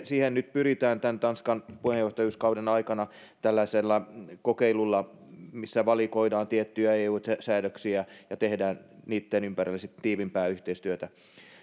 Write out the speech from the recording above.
siihen nyt pyritään tämän tanskan puheenjohtajuuskauden aikana tällaisella kokeilulla missä valikoidaan tiettyjä eu säädöksiä ja tehdään niitten ympärillä sitten tiiviimpää yhteistyötä